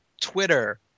Twitter